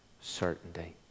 certainty